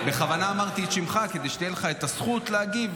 בכוונה אמרתי את שמך כדי שתהיה לך את הזכות להגיב,